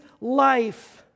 life